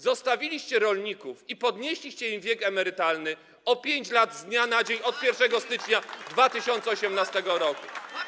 Zostawiliście rolników i podnieśliście im wiek emerytalny o 5 lat z dnia na dzień od 1 stycznia 2018 r.